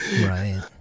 Right